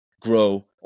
grow